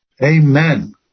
Amen